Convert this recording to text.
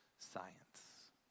Science